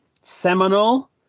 seminal